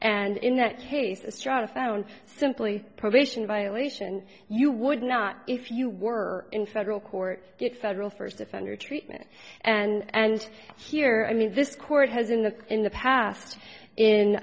and in that case it's just a phone simply probation violation you would not if you were in federal court get federal first offender treatment and here i mean this court has in the in the past in